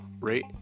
rate